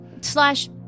slash